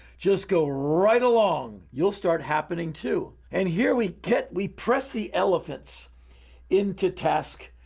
just go right along. you'll start happening too. and here we get. we press the elephants into tasks.